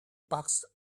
bucks